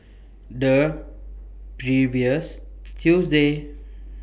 The previous Tuesday